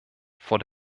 vor